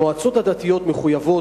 המועצות הדתיות מחויבות,